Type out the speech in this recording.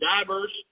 divers